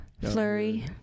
Flurry